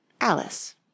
Alice